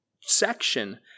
section